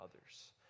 others